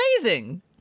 amazing